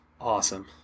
Awesome